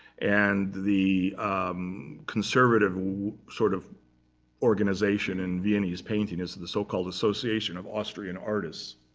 and the conservative sort of organization in viennese painting is the so-called association of austrian artists.